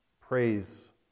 praise